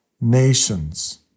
nations